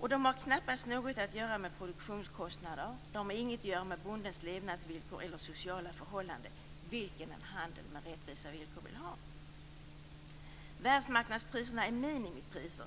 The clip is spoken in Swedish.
och de har knappast något att göra med produktionskostnader. Världsmarknadspriserna är minimipriser.